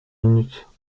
minutes